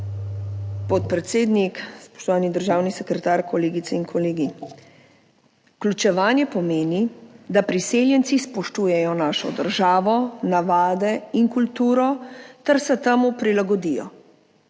podpredsednik. Spoštovani državni sekretar, kolegice in kolegi! Vključevanje pomeni, da priseljenci spoštujejo našo državo, navade in kulturo ter se temu prilagodijo.